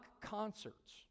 concerts